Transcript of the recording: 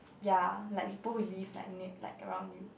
ya like people who live like nea~ like around you